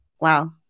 Wow